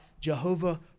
Jehovah